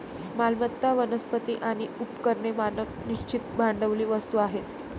मालमत्ता, वनस्पती आणि उपकरणे मानक निश्चित भांडवली वस्तू आहेत